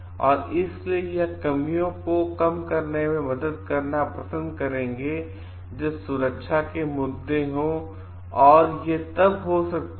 और इसलिए यह कमियों को कम करने में मदद करना पसंद करेंगे जब सुरक्षा के मुद्दे होंऔर ये तब हो सकते हैं